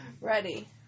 ready